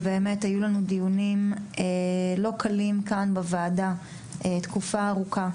ובאמת היו לנו דיונים לא קלים כאן בוועדה תקופה ארוכה.